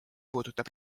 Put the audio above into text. puudutab